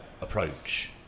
approach